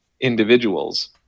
individuals